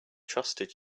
trusted